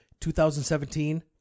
2017